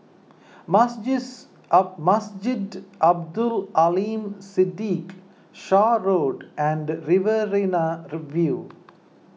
Masjid Abdul Aleem Siddique Shaw Road and Riverina View